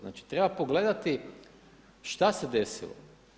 Znači treba pogledati šta se desilo.